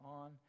on